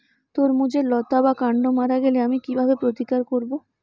তরমুজের লতা বা কান্ড মারা গেলে আমি কীভাবে প্রতিকার করব?